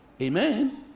amen